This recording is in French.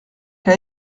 qu’a